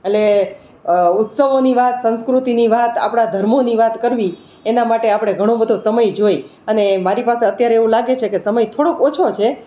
એટલે ઉત્સવોની વાત સંસ્કૃતિની વાત આપણા ધર્મોની વાત કરવી એના માટે આપણે ઘણો બધો સમય જોઈએ અને મારી પાસે અત્યારે એવું લાગે છે કે સમય થોડોક ઓછો છે